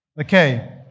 okay